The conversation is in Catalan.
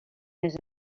més